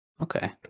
Okay